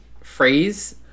phrase